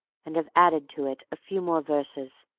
and have added to it a few more verses,